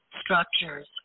structures